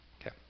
Okay